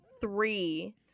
three